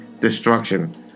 destruction